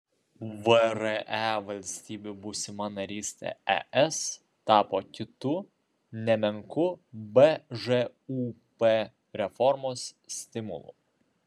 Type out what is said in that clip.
vre valstybių būsima narystė es tapo kitu nemenku bžūp reformos stimulu